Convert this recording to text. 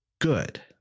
good